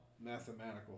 mathematical